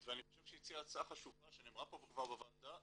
ואני חושב שהיא הציעה הצעה חשובה שנאמרה פה כבר בוועדה,